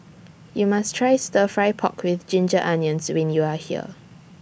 YOU must Try Stir Fry Pork with Ginger Onions when YOU Are here